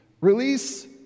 Release